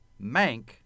mank